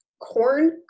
corn